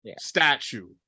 statue